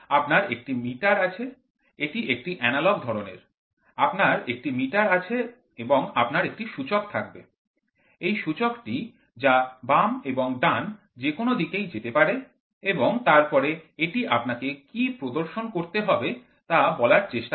আপনার একটি মিটার আছে এটি একটি এনালগ ধরণের আপনার একটি মিটার আছে এবং আপনার একটি সূচক থাকবে এই সূচকটি যা বাম এবং ডান যে কোন দিকেই যেতে পারে এবং তারপরে এটি আপনাকে কী প্রদর্শন করতে হবে তা বলার চেষ্টা করে